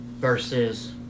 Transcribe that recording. versus